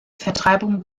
vertreibung